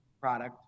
product